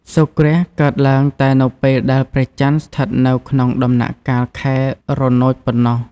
សូរ្យគ្រាសកើតឡើងតែនៅពេលដែលព្រះចន្ទស្ថិតនៅក្នុង ដំណាក់កាលខែរនោចប៉ុណ្ណោះ ។